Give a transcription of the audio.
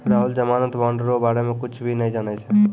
राहुल जमानत बॉन्ड रो बारे मे कुच्छ भी नै जानै छै